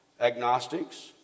agnostics